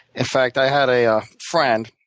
in fact, i had a ah friend